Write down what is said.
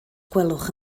gwelwch